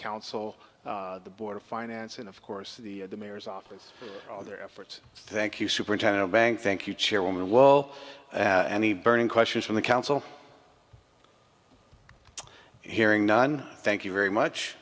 council the board of finance and of course the mayor's office all their efforts thank you superintendent of bank thank you chairwoman well any burning questions from the council hearing none thank you very much